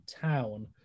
Town